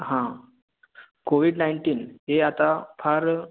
हां covid nineteen हे आता फार